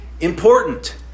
important